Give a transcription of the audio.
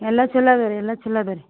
ಎಲ್ಲಾ ಛಲೋ ಅದಾವೆ ರೀ ಎಲ್ಲಾ ಛಲೋ ಅದೆ ರೀ